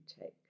take